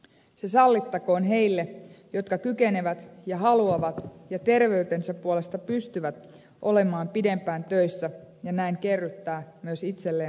se sallittakoon niille jotka haluavat olla ja kykenevät ja terveytensä puolesta pystyvät olemaan pidempään töissä ja näin voivat myös kerryttää itselleen paremman eläkkeen